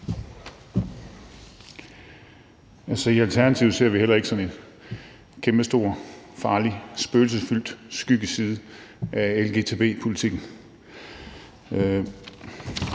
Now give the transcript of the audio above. (ALT): I Alternativet ser vi heller ikke sådan en kæmpestor farlig, spøgelsesfyldt skyggeside af lgbti-politikken.